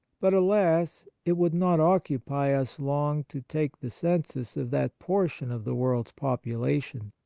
but, alas! it would not occupy us long to take the census of that portion of the world's popu lation.